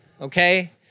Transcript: Okay